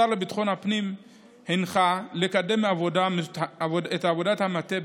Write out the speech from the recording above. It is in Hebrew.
השר לביטחון הפנים הנחה לקדם את עבודת המטה,